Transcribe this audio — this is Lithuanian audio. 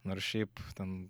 nors šiaip ten